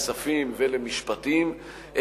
לכספים ולמשפטים,